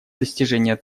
достижения